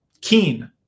keen